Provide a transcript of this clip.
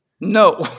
No